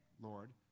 Lord